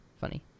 funny